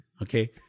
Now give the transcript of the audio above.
Okay